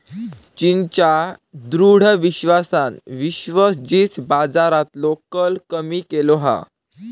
चीनच्या दृढ विश्वासान विश्व जींस बाजारातलो कल कमी केलो हा